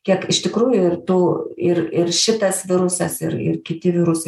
kiek iš tikrųjų tų ir ir šitas virusas ir ir kiti virusai